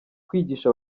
kwigisha